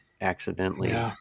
accidentally